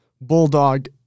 bulldog